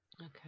Okay